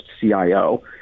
CIO